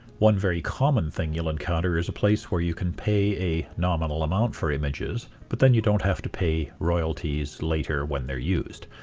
one very common thing you'll encounter is a place where you can pay a nominal amount for images, but then you don't have to pay royalties later when they're used.